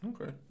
okay